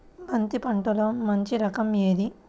బంతి పంటలో మంచి రకం ఏది?